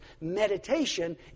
Meditation